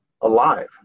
alive